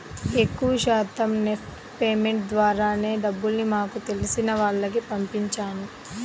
ఎక్కువ శాతం NEFT payments ద్వారానే డబ్బుల్ని మాకు తెలిసిన వాళ్లకి పంపించాను